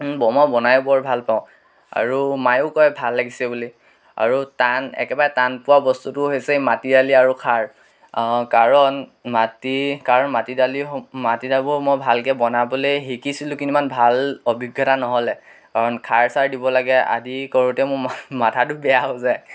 মই বনাইও বৰ ভাল পাওঁ আৰু মায়েও কয় ভাল লাগিছে বুলি আৰু টান একেবাৰে টান পোৱা বস্তুটো হৈছে মাটিদালি আৰু খাৰ কাৰণ মাটি কাৰণ মাটিদালি মাটিমাহ মই ভালকৈ বনাবলৈ শিকিছিলোঁ কিন্তু মই ভাল অভিজ্ঞতা নহ'লে কাৰণ খাৰ চাৰ দিব লাগে আদি কৰোঁতে মোৰ মাথাটো বেয়া হৈ যায়